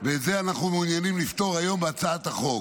ואת זה אנחנו מעוניינים לפתור היום בהצעת החוק.